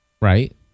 right